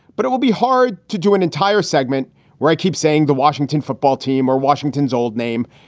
but it will be hard to do an entire segment where i keep saying the washington football team or washington's old name.